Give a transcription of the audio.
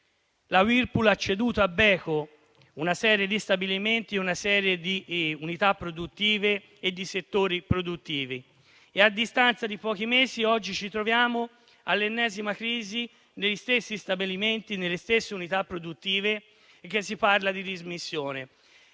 la Whirlpool ha ceduto a Beko una serie di stabilimenti, una serie di unità produttive e di settori produttivi e, a distanza di pochi mesi, oggi ci troviamo all'ennesima crisi, negli stessi stabilimenti, nelle stesse unità produttive, dove si parla di dismissione.